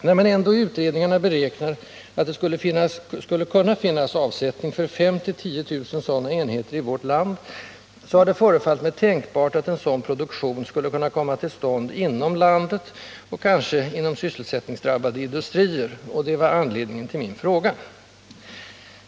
När man ändå i utredningarna beräknat att det skulle kunna finnas avsättning för 5 000-10 000 sådana enheter i vårt land, har det förefallit mig tänkbart att en sådan produktion skulle kunna komma till stånd inom landet, kanske inom industrier som drabbats av sysselsättningsminskningar. Detta var anledningen till min fråga.